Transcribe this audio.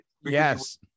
yes